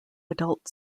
adult